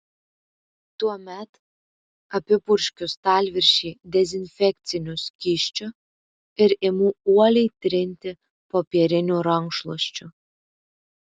tuomet apipurškiu stalviršį dezinfekciniu skysčiu ir imu uoliai trinti popieriniu rankšluosčiu